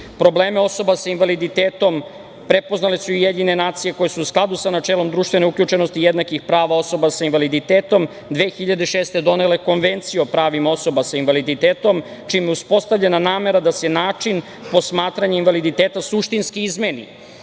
učešću. Probleme osoba sa invaliditetom prepoznale su i UN koje su, u skladu sa načelom društvene uključenosti i jednakih prava osoba sa invaliditetom, 2006. godine donele Konvenciju o pravima osoba sa invaliditetom, čime je uspostavljena namera da se način posmatranja invaliditeta suštinski izmeni,